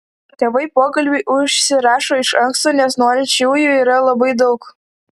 tėvai pokalbiui užsirašo iš anksto nes norinčiųjų yra labai daug